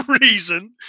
reason